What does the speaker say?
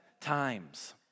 times